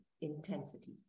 intensity